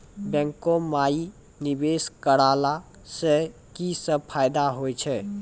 बैंको माई निवेश कराला से की सब फ़ायदा हो छै?